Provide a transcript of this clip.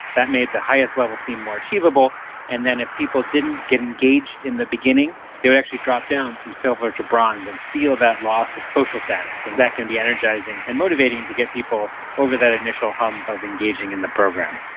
that made the highest level seem more achievable and then if people didn't get engaged in the beginning they would actually drop down from silver to bronze and feel that loss of social status, and that can be energising and motivating to get people over that initial hump of engaging in the program.